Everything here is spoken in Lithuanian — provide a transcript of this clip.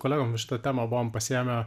kolegomis šitą temą buvom pasiėmę